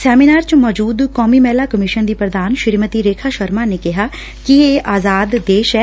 seminar ਚ ਮੌਜੁਦ ਕੌਮੀ ਮਹਿਲਾ ਕਮਿਸ਼ਨ ਦੀ ਪ੍ਰਧਾਨ ਸ੍ਰੀਮਤੀ ਰੇਖਾ ਸ਼ਰਮਾ ਨੇ ਕਿਹਾ ਕਿ ਇਹ ਆਜ਼ਾਦ ਦੇਸ਼ ਐ